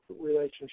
relationship